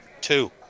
Two